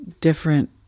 different